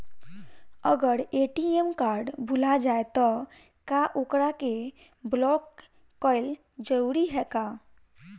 अगर ATM card भूला जाए त का ओकरा के बलौक कैल जरूरी है का?